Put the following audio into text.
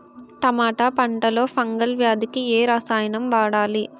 టమాటా పంట లో ఫంగల్ వ్యాధికి ఏ రసాయనం వాడాలి?